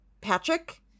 Patrick